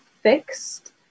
fixed